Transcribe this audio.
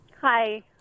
Hi